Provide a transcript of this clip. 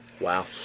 Wow